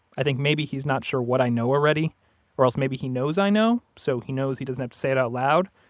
i think maybe he's not sure what i know already or else maybe he knows i know, so he knows he doesn't have to say it out loud.